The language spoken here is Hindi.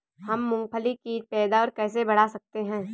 हम मूंगफली की पैदावार कैसे बढ़ा सकते हैं?